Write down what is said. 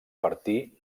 partir